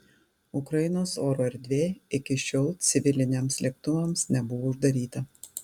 ukrainos oro erdvė iki šiol civiliniams lėktuvams nebuvo uždaryta